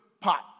pop